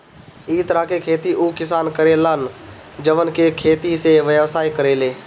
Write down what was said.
इ तरह के खेती उ किसान करे लन जवन की खेती से व्यवसाय करेले